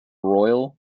royal